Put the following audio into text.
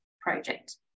project